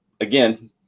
Again